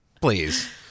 please